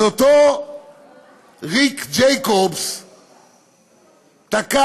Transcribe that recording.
אז אותו ריק ג'ייקובס תקף,